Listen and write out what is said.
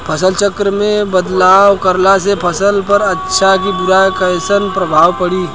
फसल चक्र मे बदलाव करला से फसल पर अच्छा की बुरा कैसन प्रभाव पड़ी?